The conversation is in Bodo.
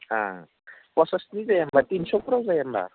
पन्सासनि जाया होमब्ला तिनस'फोराव जाया होमब्ला